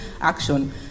action